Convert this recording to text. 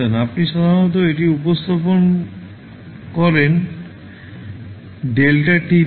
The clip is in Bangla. আপনি সাধারণত এটি উপস্থাপন করেন δ দিয়ে